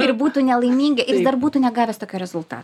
ir būtų nelaimingi ir jis dar būtų negavęs tokio rezultato